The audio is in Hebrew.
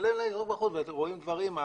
משתלם להם לזרוק בחוץ ואתם רואים דברים,